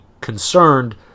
concerned